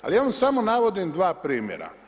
Ali ja vam samo navodim dva primjera.